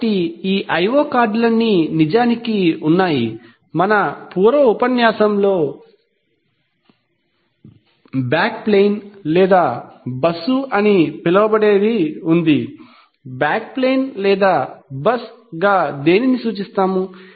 కాబట్టి ఈ I O కార్డులన్నీIO cards నిజానికి ఉన్నాయి మన పూర్వ ఉపన్యాసంలో బ్యాక్ ప్లేన్ లేదా బస్సు అని పిలవబడేది ఉంది బ్యాక్ ప్లేన్ లేదా బస్సుగా దీనిని సూచిస్తాము